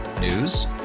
News